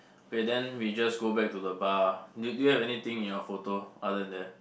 okay then we just go back to the bar do do you have anything in your photo other than that